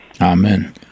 Amen